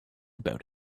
about